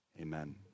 Amen